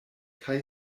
kaj